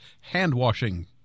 hand-washing